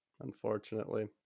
Unfortunately